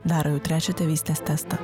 daro jau trečią tėvystės testą